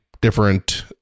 different